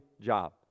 job